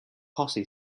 posse